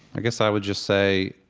i guess i would just say,